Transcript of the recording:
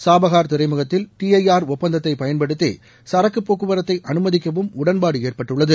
Chabahar துறைமுகத்தில் T I R ஒப்பந்தத்தை பயன்படுத்தி சரக்கு போக்குவரத்தை அனுமதிக்கவும் உடன்பாடு ஏற்பட்டுள்ளது